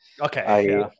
Okay